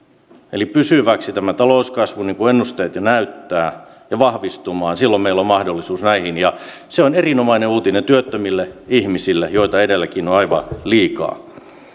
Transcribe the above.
eli pysyväksi niin kuin ennusteet jo näyttävät ja vahvistumaan silloin meillä on mahdollisuus näihin se on erinomainen uutinen työttömille ihmisille joita edelleenkin on aivan liikaa